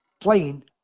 Playing